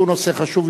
שהוא נושא חשוב,